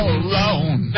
alone